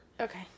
Okay